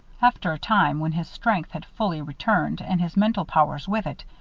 after a time, when his strength had fully returned and his mental powers with it,